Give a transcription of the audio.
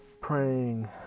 praying